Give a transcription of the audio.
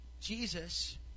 Jesus